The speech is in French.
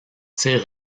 tir